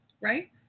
right